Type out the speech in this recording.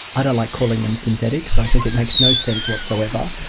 i don't like calling them synthetics, i think it makes no sense whatsoever.